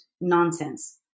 nonsense